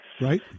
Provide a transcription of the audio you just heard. Right